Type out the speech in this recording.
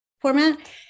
format